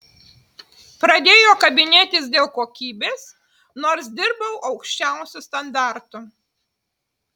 pradėjo kabinėtis dėl kokybės nors dirbau aukščiausiu standartu